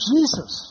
Jesus